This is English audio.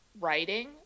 writing